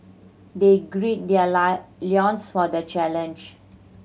they grid their loins for the challenge